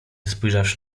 spojrzawszy